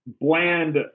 bland